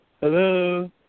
Hello